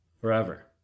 forever